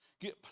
get